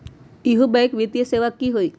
इहु बैंक वित्तीय सेवा की होई?